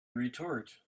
retort